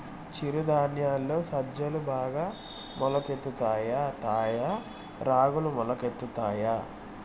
చిరు ధాన్యాలలో సజ్జలు బాగా మొలకెత్తుతాయా తాయా రాగులు మొలకెత్తుతాయా